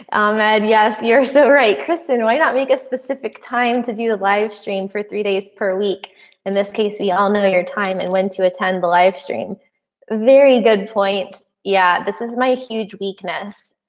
um and yes, you're so right kristin. why not make a specific time to do the live stream for three days per week in this case? we all know your time and when to attend the live stream a very good point. yeah, this is my huge weakness.